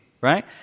right